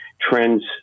trends